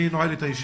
אני נועל את הישיבה.